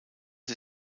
sie